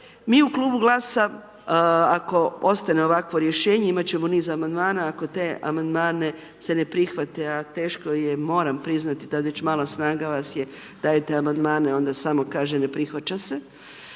mi u klubu Glasa ako ostane ovakvo rješenje, imati ćemo niz Amandmana, ako te Amandmane se ne prihvate, a teško je, moram priznati…/Govornik se ne razumije/…dajete Amandmane onda samo kažete ne prihvaća se,